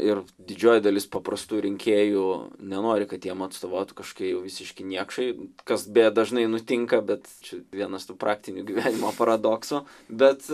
ir didžioji dalis paprastų rinkėjų nenori kad jiems atstovautų kažkokie jau visiški niekšai kas beje dažnai nutinka bet čia vienas tų praktinių gyvenimo paradoksų bet